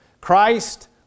Christ